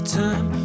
time